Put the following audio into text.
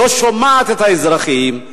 לא שומעת את האזרחים,